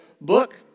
book